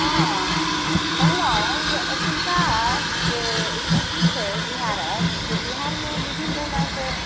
हँ कहलहुँ जे एखुनका जे स्थिति छै बिहारक जे बिहारमे विभिन्न प्रकारके